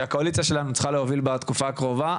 שהקואליציה שלנו צריכה להוביל בתקופה הקרובה.